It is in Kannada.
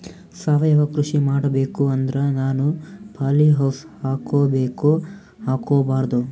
ಸಾವಯವ ಕೃಷಿ ಮಾಡಬೇಕು ಅಂದ್ರ ನಾನು ಪಾಲಿಹೌಸ್ ಹಾಕೋಬೇಕೊ ಹಾಕ್ಕೋಬಾರ್ದು?